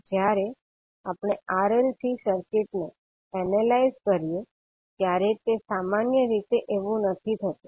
જ્યારે આપણે R L C સર્કિટને એનેલાઇઝ કરીએ ત્યારે તે સામાન્ય રીતે એવું નથી થતુ